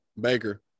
Baker